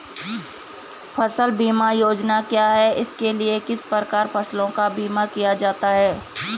फ़सल बीमा योजना क्या है इसके लिए किस प्रकार फसलों का बीमा किया जाता है?